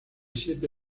siete